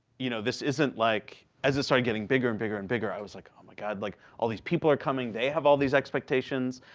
you know, this isn't like as it started getting bigger and bigger and bigger i was like, oh my god. like, all these people are coming. they have all these expectations.